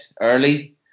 early